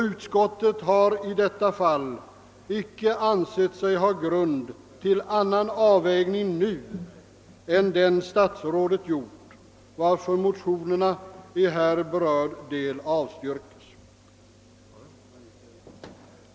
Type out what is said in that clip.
Utskottet har i detta fall icke ansett sig ha grund till annan avvägning nu än den statsrådet gjort, varför motionerna i här berörd del avstyrkes.